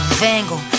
Vengo